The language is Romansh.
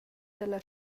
dalla